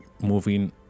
moving